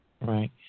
Right